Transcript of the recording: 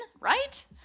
right